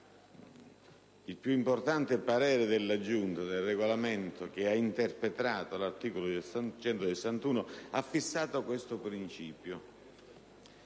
Il più importante parere della Giunta, che ha interpretato l'articolo 161, ha fissato questo principio: